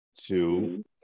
two